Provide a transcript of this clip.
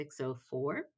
6.04